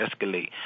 escalate